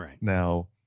Now